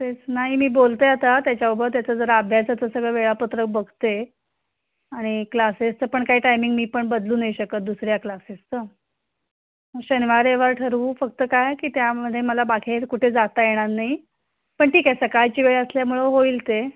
तेच नाही मी बोलते आता त्याच्याबरोबर त्याचं जरा अभ्यासाचं सगळं वेळापत्रक बघते आणि क्लासेसचं पण काय टायमिंग मी पण बदलू नाही शकत दुसऱ्या क्लासेसचं शनिवार रविवार ठरवू फक्त काय की त्यामध्ये मला बाकी कुठे जाता येणार नाही पण ठीक आहे सकाळची वेळ असल्यामुळं होईल ते